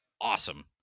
awesome